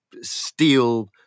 steel